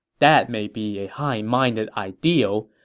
that may be a high-minded ideal,